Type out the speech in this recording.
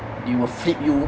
it will flip you